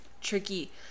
tricky